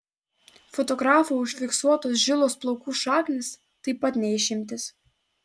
fotografų užfiksuotos žilos plaukų šaknys taip pat ne išimtis